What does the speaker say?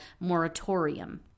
moratorium